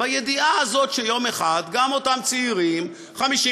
בידיעה הזאת שיום אחד גם אותם צעירים יהיו שם,